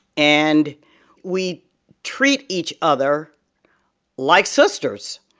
and we treat each other like sisters.